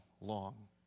long